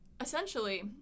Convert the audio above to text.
essentially